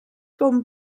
com